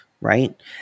right